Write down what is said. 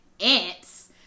ants